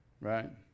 Right